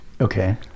okay